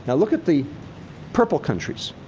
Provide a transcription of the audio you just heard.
and look at the purple countries.